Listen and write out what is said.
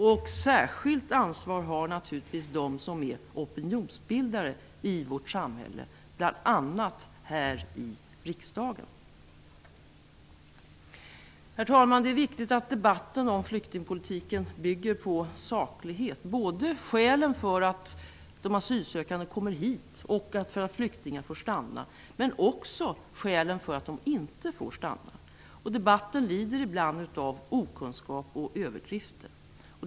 Ett särskilt ansvar har naturligtvis de som är opinionsbildare i vårt samhälle, bl.a. här i riksdagen. Herr talman! Det är viktigt att debatten om flyktingpolitiken bygger på saklighet när det gäller skälen till att de asylsökande kommer hit och till att flyktingar får stanna, men även när det gäller skälen till att de inte får stanna. Debatten lider ibland av okunskap och överdrifter.